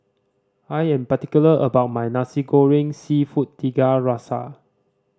I am particular about my Nasi Goreng Seafood Tiga Rasa